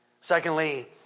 Secondly